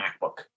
MacBook